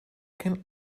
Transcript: can